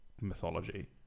mythology